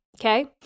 okay